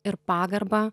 ir pagarbą